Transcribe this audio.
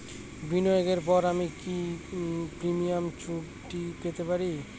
বিনিয়োগের পর আমি কি প্রিম্যচুরিটি পেতে পারি?